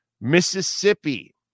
Mississippi